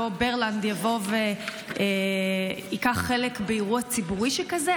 אותו ברלנד יבוא וייקח חלק באירוע ציבורי שכזה?